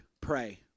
Pray